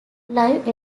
live